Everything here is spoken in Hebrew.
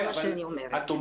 זה מה שאני שאומרת.